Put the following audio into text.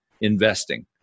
investing